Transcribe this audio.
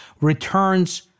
returns